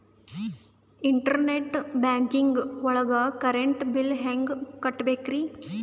Internet banking ಒಳಗ್ current bill ಹೆಂಗ್ ಕಟ್ಟ್ ಬೇಕ್ರಿ?